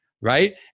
right